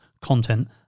content